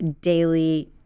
daily